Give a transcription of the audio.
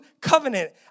covenant